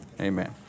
Amen